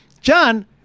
John